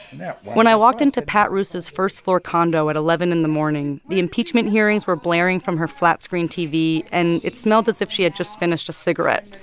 that wonderful? when i walked into pat reuss's first-floor condo at eleven in the morning, the impeachment hearings were blaring from her flat-screen tv, and it smelled as if she had just finished a cigarette.